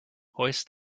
hoist